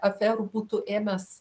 aferų būtų ėmęs